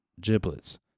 Giblets